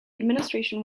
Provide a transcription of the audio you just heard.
administration